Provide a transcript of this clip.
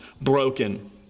broken